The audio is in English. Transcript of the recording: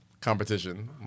competition